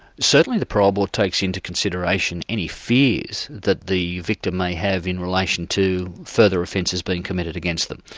certainly the parole board takes into consideration any fears that the victim may have in relation to further offences being committed against them,